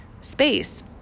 space